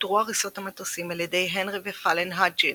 אותרו הריסות המטוסים על ידי הנרי ופאלן האדג'ין,